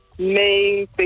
Main